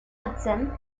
hudson